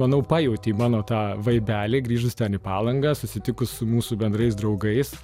manau pajautei mano tą vaibelį grįžus ten į palangą susitikus su mūsų bendrais draugais